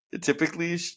typically